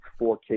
4K